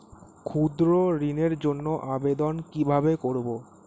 ক্ষুদ্র ঋণের জন্য আবেদন কিভাবে করব?